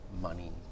money